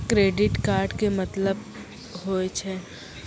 Credit card के मतलब होय छै?